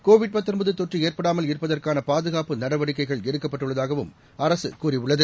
Covid தொற்றுஏற்படாமல் இருப்பதற்கானபாதுகாப்பு நடவடிக்கைகள் எடுக்கப்பட்டுள்ளதாகஅரசுகூறியுள்ளது